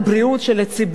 אני רוצה להדגיש